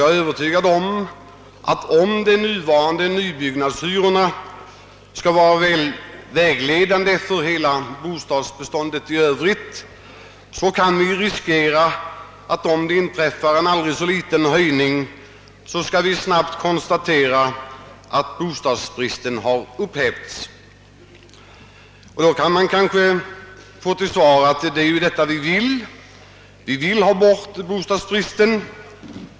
Jag är övertygad om att ifall de nuvarande nybyggnadshyrorna skall vara vägledande för hela bostadsbeståndet, blir risken att det vid en aldrig så liten höjning snabbt konstateras att bostadsbristen har upphävts. Då svarar man kanske att vi ju vill ha bort bostadsbristen.